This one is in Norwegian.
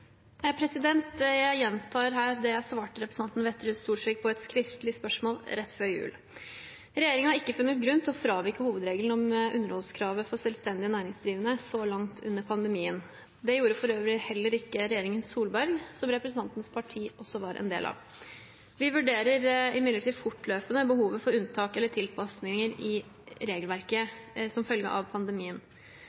Jeg gjentar her det jeg svarte representanten Wetrhus Thorsvik på et skriftlig spørsmål rett før jul: Regjeringen har ikke funnet grunn til å fravike hovedregelen om underholdskravet for selvstendig næringsdrivende så langt under pandemien. Det gjorde for øvrig heller ikke regjeringen Solberg, som representantens parti også var en del av. Vi vurderer imidlertid fortløpende behovet for unntak eller tilpasninger i regelverket